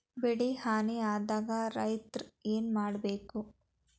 ಬೆಳಿ ಹಾನಿ ಆದಾಗ ರೈತ್ರ ಏನ್ ಮಾಡ್ಬೇಕ್?